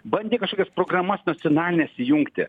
bandė kažkokias programas nacionalinės įjungti